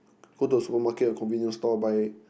go to the supermarket or convenience store buy